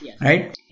right